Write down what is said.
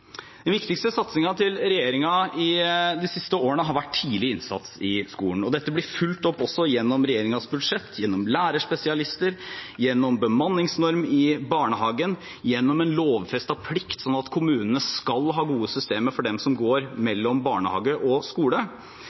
Den viktigste satsingen til regjeringen de siste årene har vært tidlig innsats i skolen. Dette blir fulgt opp også gjennom regjeringens budsjett, gjennom lærerspesialister, gjennom bemanningsnorm i barnehagen, gjennom en lovfestet plikt sånn at kommunene skal ha gode systemer for dem som går gjennom barnehage og skole.